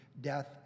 death